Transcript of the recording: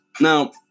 now